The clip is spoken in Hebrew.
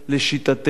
לשיטתנו,